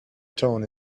town